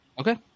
Okay